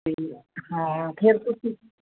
ਠੀਕ ਹੈ ਹਾਂ ਫਿਰ ਤੁਸੀਂ